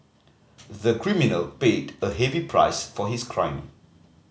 the criminal paid a heavy price for his crime